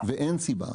ואין סיבה.